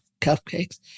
cupcakes